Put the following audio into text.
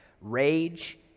rage